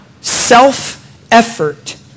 self-effort